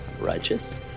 righteous